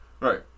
Right